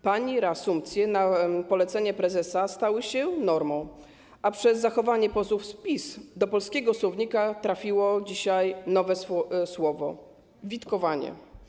Pani reasumpcje na polecenie prezesa stały się normą, a przez zachowanie posłów z PiS do polskiego słownika trafiło dzisiaj nowe słowo: witkowanie.